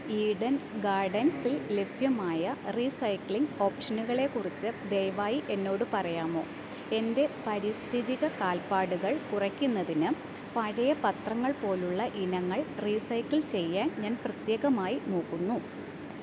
ഈഡൻ ഗാർഡൻസിൽ ലഭ്യമായ റീസൈക്ലിംഗ് ഓപ്ഷനുകളെക്കുറിച്ച് ദയവായി എന്നോട് പറയാമോ എൻ്റെ പാരിസ്ഥിതിക കാൽപ്പാടുകൾ കുറയ്ക്കുന്നതിന് പഴയ പത്രങ്ങൾ പോലുള്ള ഇനങ്ങൾ റീസൈക്കിൾ ചെയ്യാൻ ഞാൻ പ്രത്യേകമായി നോക്കുന്നു